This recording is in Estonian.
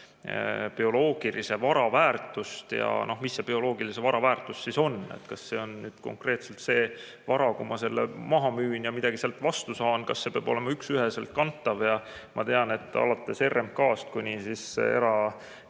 bioloogilise vara väärtust. Mis see bioloogilise vara väärtus on? Kas see on konkreetselt see vara, kui ma selle maha müün ja midagi sealt vastu saan, ja kas see peab olema üksüheselt kantav? Ma tean, et alates RMK-st kuni erametsa